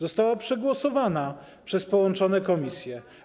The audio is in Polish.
Została przegłosowana przez połączone komisje.